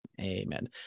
Amen